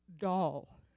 doll